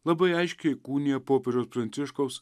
labai aiškiai įkūnija popiežiaus pranciškaus